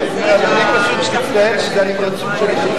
אני מצטער על ההתפרצות שלי,